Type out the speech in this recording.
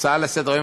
בהצעה לסדר-יום,